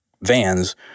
vans